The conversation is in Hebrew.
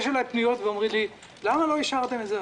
יש אליי פניות ואומרים לי: למה לא אישרתם את זה?